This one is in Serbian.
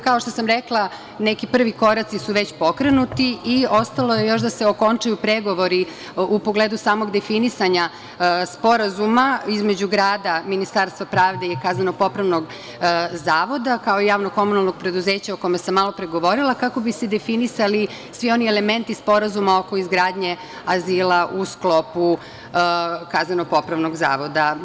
Kao što sam rekla, neki prvi koraci su već pokrenuti i ostalo je još da se okončaju pregovori u pogledu samog definisanja Sporazuma između grada, Ministarstva pravde i kazneno-popravnog zavoda, kao i javno komunalnog preduzeća o kome sam malopre govorila kako bi se definisali svi oni elementi Sporazuma oko izgradnje azila u sklopu kazneno-popravnog zavoda.